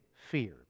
fear